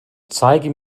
zeige